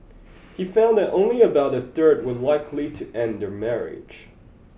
he found that only about a third were likely to end their marriage